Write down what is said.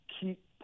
keep